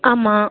ஆமாம்